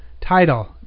Title